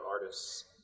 artists